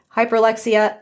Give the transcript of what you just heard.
hyperlexia